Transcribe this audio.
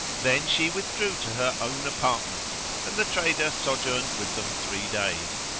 then she withdrew to her own apartment and the trader sojourned with them three days,